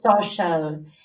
social